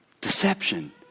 Deception